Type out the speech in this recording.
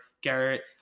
Garrett